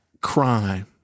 crime